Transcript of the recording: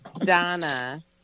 Donna